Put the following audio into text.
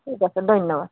ঠিক আছে ধন্যবাদ